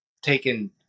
taken